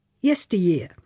yesteryear